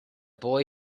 boy